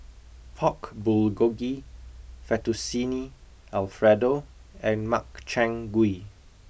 Pork Bulgogi Fettuccine Alfredo and Makchang Gui